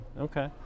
okay